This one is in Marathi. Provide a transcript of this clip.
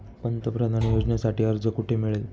पंतप्रधान योजनेसाठी अर्ज कुठे मिळेल?